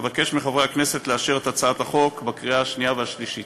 אבקש מחברי הכנסת לאשר את הצעת החוק בקריאה שנייה ושלישית.